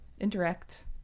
indirect